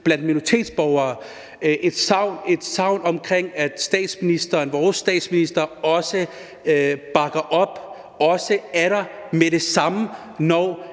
blandt minoritetsborgere efter, at statsministeren, vores statsminister, også bakker op, også er der med det samme, når